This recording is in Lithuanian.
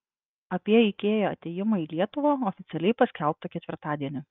apie ikea atėjimą į lietuvą oficialiai paskelbta ketvirtadienį